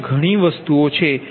ત્યાં ઘણી વસ્તુઓ છે